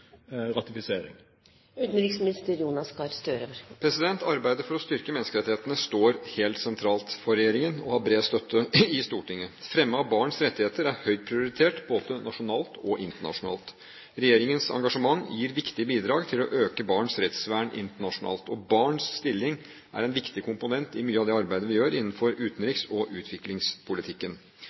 ratifisering?» Arbeidet for å styrke menneskerettighetene står helt sentralt for regjeringen og har bred støtte i Stortinget. Fremme av barns rettigheter er høyt prioritert både nasjonalt og internasjonalt. Regjeringens engasjement gir viktige bidrag til å øke barns rettsvern internasjonalt. Barns stilling er en viktig komponent i mye av det arbeidet vi gjør i utenriks- og utviklingspolitikken.